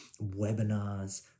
webinars